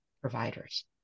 providers